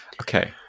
Okay